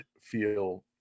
feel